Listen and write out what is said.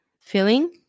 feeling